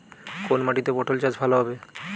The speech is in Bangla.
কোন মাটিতে পটল চাষ ভালো হবে?